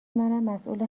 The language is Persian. مسئول